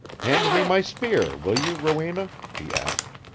hand me my spear, will you, rowena? he asked.